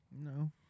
No